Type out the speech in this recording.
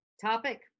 topic